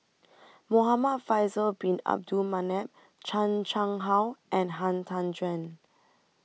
Muhamad Faisal Bin Abdul Manap Chan Chang How and Han Tan Juan